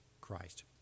Christ